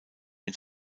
mit